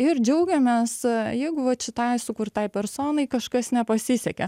ir džiaugiamės jeigu vat šitai sukurtai personai kažkas nepasisekė